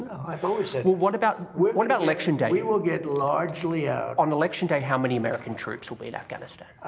i've always said well, what about what about election day? we will get largely out. on election day, how many american troops will be in afghanistan?